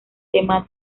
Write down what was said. tema